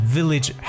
Village